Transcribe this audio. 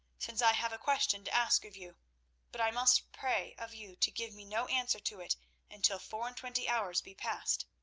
since i have a question to ask of you but i must pray of you to give me no answer to it until four-and-twenty hours be passed.